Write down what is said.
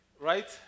right